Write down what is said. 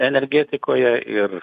energetikoje ir